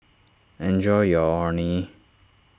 enjoy your Orh Nee